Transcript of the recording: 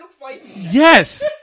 Yes